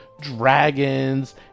dragons